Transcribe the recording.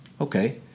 Okay